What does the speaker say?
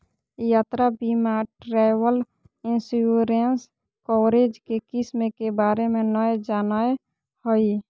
यात्रा बीमा travel insurance coverage के किस्म के बारे में नय जानय हइ